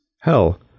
Hell